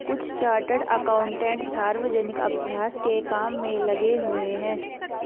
कुछ chartered accountant सार्वजनिक अभ्यास के काम में लगे हुए हैं